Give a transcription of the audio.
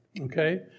Okay